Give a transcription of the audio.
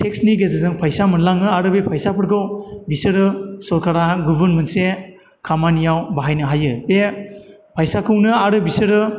टेक्सनि गेजेरजों फैसा मोनलाङो आरो बे फैसाफोरखौ बिसोरो सरखारा गुबुन मोनसे खामानियाव बाहायनो हायो बे फाइसाखौनो आरो बिसोरो